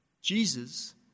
Jesus